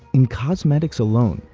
in cosmetics alone,